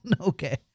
Okay